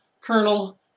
Colonel